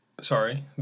sorry